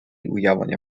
уявлення